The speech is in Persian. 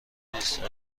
نیست